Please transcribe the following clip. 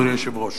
אדוני היושב-ראש.